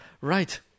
right